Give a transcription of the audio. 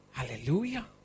Hallelujah